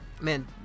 man